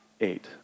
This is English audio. Eight